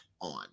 on